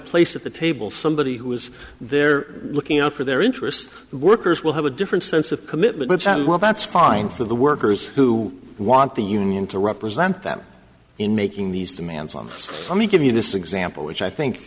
place at the table somebody who was there looking out for their interests the workers will have a different sense of commitment and well that's fine for the workers who want the union to represent that in making these demands on me give you this example which i think